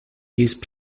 use